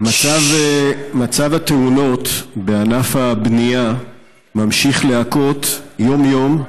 מצב התאונות בענף הבנייה ממשיך להכות יום-יום,